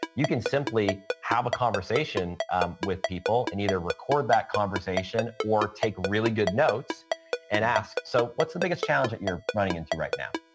you can simply have a conversation with people and either record that conversation or take really good notes and ask. so, what's the biggest challenge that you're running into right now?